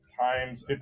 times